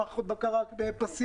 מערכות בקרה פסיביות,